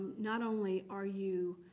not only are you